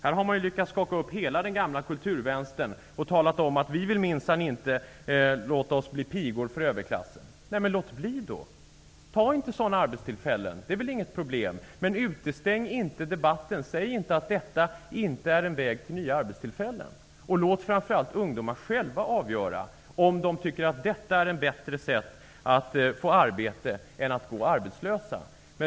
Här har man lyckats skaka upp hela den gamla kulturvänstern. Där har man sagt: Vi vill minsann inte låta oss bli pigor för överklassen. Nej, men låt bli då! Ta inte sådana arbetstillfällen. Det är väl inget problem. Men utestäng inte debatten. Säg inte att detta inte är en väg till nya arbetstillfällen. Låt framför allt ungdomar själva avgöra om de tycker att detta sätt att få arbete är bättre än att gå arbetslösa.